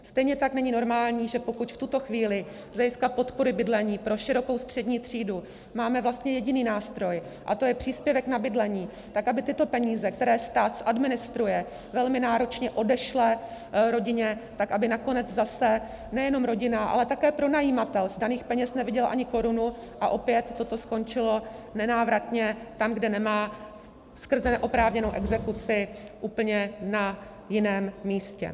Stejně tak není normální, že pokud v tuto chvíli z hlediska podpory bydlení pro širokou střední třídu máme vlastně jediný nástroj, a to je příspěvek na bydlení, tak aby tyto peníze, které stát zadministruje, velmi náročně odešle rodině, nakonec zase nejenom rodina, ale také pronajímatel z daných peněz neviděl ani korunu a opět toto skončilo nenávratně tam, kde nemá, skrze neoprávněnou exekuci na úplně jiném místě.